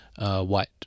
white